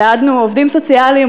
צעדנו עובדים סוציאליים,